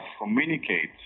communicate